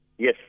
Yes